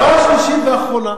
והערה שלישית ואחרונה,